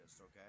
okay